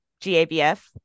GABF